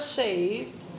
saved